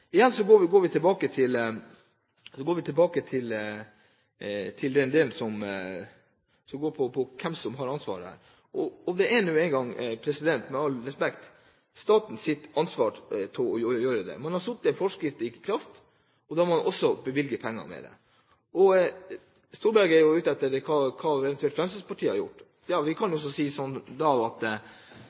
Igjen kommer vi tilbake til den delen som går på hvem som har ansvaret her. Og det er nå engang, med all respekt, statens ansvar. Man har satt en forskrift i kraft, og da må man også bevilge penger. Storberget er ute etter hva eventuelt Fremskrittspartiet har gjort. Vi har også bevilget. Vi har faktisk bevilget mye mer til kommunene enn regjeringspartiene har gjort. Så da har jo